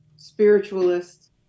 Spiritualist